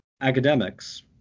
Academics